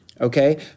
okay